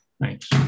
Thanks